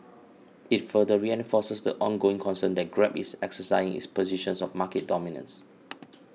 it further reinforces the ongoing concern that Grab is exercising its position of market dominance